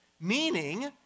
meaning